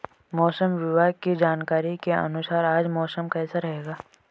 मौसम विभाग की जानकारी के अनुसार आज मौसम कैसा रहेगा?